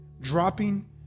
dropping